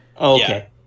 Okay